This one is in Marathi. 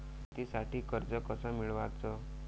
शेतीसाठी कर्ज कस मिळवाच?